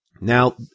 now